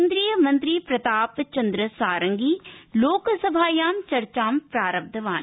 केन्द्रीय मंत्री प्रतापचन्द्रसारंगी लोकसभायां चर्चां प्रारब्धवान